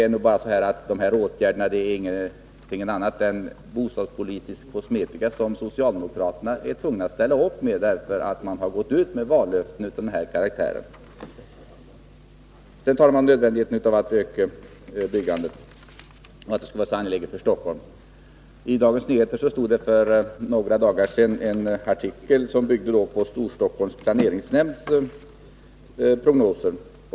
Nej, dessa åtgärder är ingenting annat än bostadspolitisk kosmetika, som socialdemokraterna är tvungna att ställa upp med, därför att man har givit vallöften av denna karaktär. Sedan talar socialdemokraterna om nödvändigheten av att öka byggandet och att detta skulle vara så angeläget för Stockholm. I Dagens Nyheter stod för några dagar sedan en artikel, som byggde på Storstockholms planeringsnämnds prognoser.